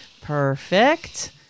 perfect